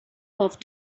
off